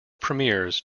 premieres